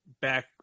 back